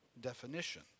definition